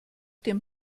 dem